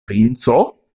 princo